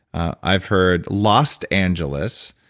i've heard lost angeles.